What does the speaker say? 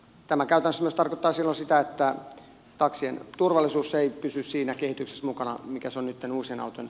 tämä käytännössä myös tarkoittaa silloin sitä että taksien turvallisuus ei pysy siinä kehityksessä mukana mikä sommittelu sen auton